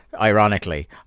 Ironically